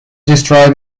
destroy